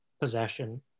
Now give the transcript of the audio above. possession